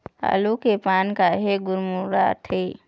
आलू के पान काहे गुरमुटाथे?